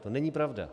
To není pravda.